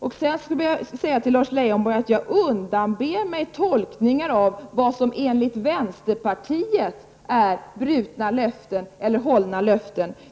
Jag undanber mig, Lars Leijonborg, tolkningar av vad som enligt vänsterpartiet är brutna löften eller hållna löften.